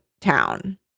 town